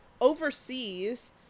overseas